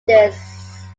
this